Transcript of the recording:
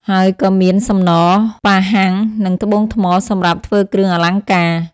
ហើយក៏មាន សំណ ប៉ាហាំង និង ត្បូងថ្ម សម្រាប់ធ្វើគ្រឿងអលង្ការ។